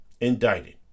indicted